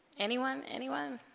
anyone anyone